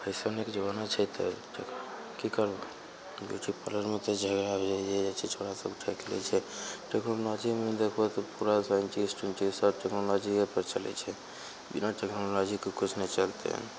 फैशनेके जमाना छै तऽ कि करबऽ ब्यूटी पार्लरमे तऽ भइए जाइ छै छोरा सब ठकि लै छै टेक्नोलॉजीमे देखहो तऽ पूरा साइंटिस्ट उइंटिस्ट सब टेक्नोलोजियेपर चलय छै बिना टेक्नोलॉजीके किछु नहि चलतय